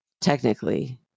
technically